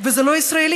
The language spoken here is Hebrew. וזה לא ישראלי.